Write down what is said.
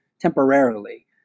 temporarily